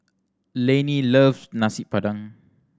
Lainey love Nasi Padang